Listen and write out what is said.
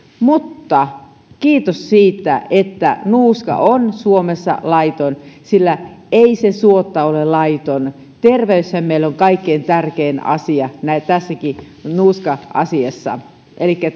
mutta kiitos siitä että nuuska on suomessa laiton sillä ei se suotta ole laiton terveyshän meille on kaikkein tärkein asia tässäkin nuuska asiassa elikkä